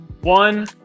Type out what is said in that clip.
One